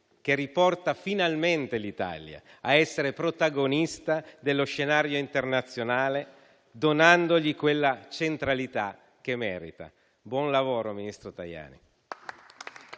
che riporta finalmente l'Italia a essere protagonista dello scenario internazionale, donandole quella centralità che merita. Buon lavoro, ministro Tajani.